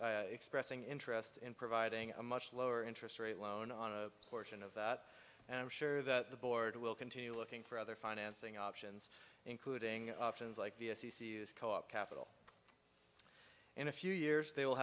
n expressing interest in providing a much lower interest rate loan on a portion of that and i'm sure that the board will continue looking for other financing options including options like the co op capital in a few years they